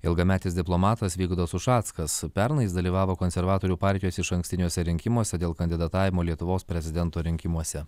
ilgametis diplomatas vygaudas ušackas pernai jis dalyvavo konservatorių partijos išankstiniuose rinkimuose dėl kandidatavimo lietuvos prezidento rinkimuose